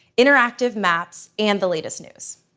interactive maps, and the latest news.